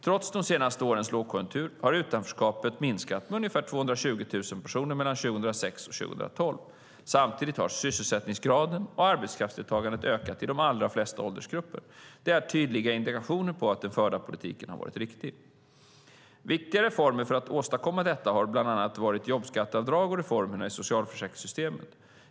Trots de senaste årens lågkonjunktur har utanförskapet minskat med ungefär 220 000 personer mellan 2006 och 2012. Samtidigt har sysselsättningsgraden och arbetskraftsdeltagandet ökat i de allra flesta åldersgrupper. Det är tydliga indikationer på att den förda politiken har varit riktig. Viktiga reformer för att åstadkomma detta har bland annat varit jobbskatteavdrag och reformerna i socialförsäkringssystemet.